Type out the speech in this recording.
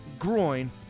groin